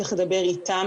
צריך לדבר איתם.